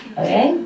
okay